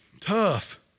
tough